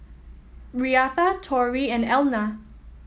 Reatha Torrie and Elna